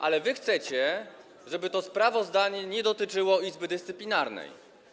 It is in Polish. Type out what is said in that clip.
Ale wy chcecie, żeby to sprawozdanie nie dotyczyło Izby Dyscyplinarnej.